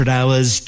Hours